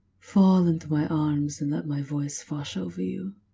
fall into my arms and let my voice wash over you.